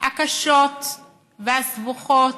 הקשות והסבוכות,